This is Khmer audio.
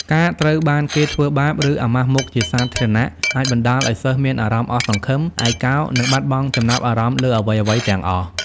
ការត្រូវបានគេធ្វើបាប ឬអាម៉ាស់មុខជាសាធារណៈអាចបណ្តាលឱ្យសិស្សមានអារម្មណ៍អស់សង្ឃឹម ឯកោ និងបាត់បង់ចំណាប់អារម្មណ៍លើអ្វីៗទាំងអស់។